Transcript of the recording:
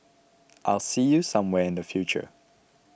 I'll see you somewhere in the future